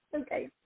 Okay